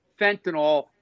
fentanyl